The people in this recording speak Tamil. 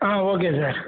ah okay sir